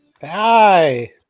Hi